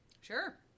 Sure